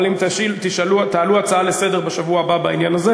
אבל אם תעלו הצעה לסדר-היום בשבוע הבא בעניין הזה